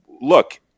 Look